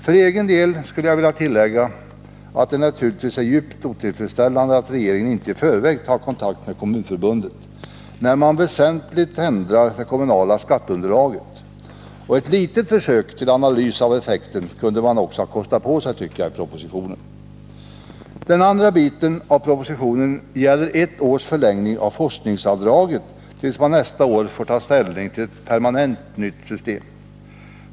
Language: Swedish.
För egen del skulle jag vilja tillägga att det naturligtvis är djupt otillfredsställande att regeringen inte i förväg tagit kontakt med kommunförbunden när man väsentligt ändrar det kommunala skatteunderlaget, och jag tycker att man i propositionen också kunde ha kostat på sig att göra ett litet försök till analys av effekten. Den andra delen av propositionen gäller ett års förlängning av forskningsavdraget tills man nästa år får ta ställning till ett nytt, permanent system.